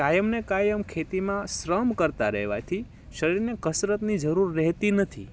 કાયમને કાયમ ખેતીમાં શ્રમ કરતાં રેવાથી શરીરને કસરતની જરૂર રહેતી નથી